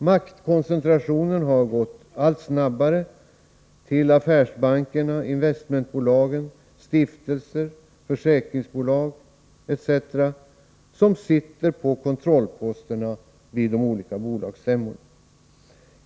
Maktkoncentrationen har gått allt snabbare — affärsbanker, investmentbolag, stiftelser, försäkringsbolag osv. har kontrollposterna vid de olika bolagsstämmorna.